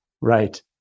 Right